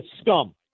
scum